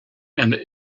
and